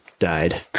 died